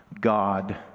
God